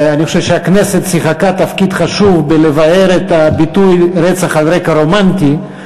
אני חושב שהכנסת שיחקה תפקיד חשוב בביעור הביטוי "רצח על רקע רומנטי".